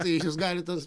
tai gali tas